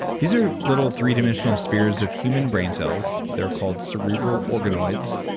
these are little three dimensional spheres of human brain cells that are called cerebral organoids,